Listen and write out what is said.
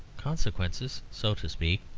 consequences, so to speak.